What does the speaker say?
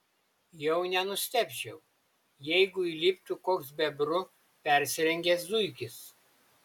jau nenustebčiau jeigu įliptų koks bebru persirengęs zuikis